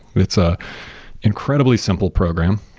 it's a incredibly simple program.